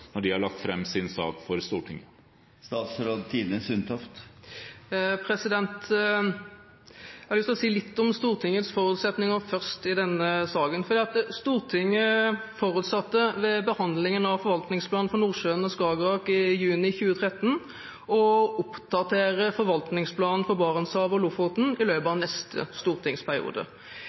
når de har lagt fram sin sak for Stortinget? Jeg har lyst til å si litt om Stortingets forutsetninger først i denne saken. Stortinget forutsatte ved behandlingen av forvaltningsplanen for Nordsjøen og Skagerrak i juni 2013 å oppdatere forvaltningsplanen for Barentshavet og Lofoten i løpet